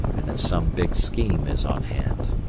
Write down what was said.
and that some big scheme is on hand.